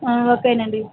ఓకేనండి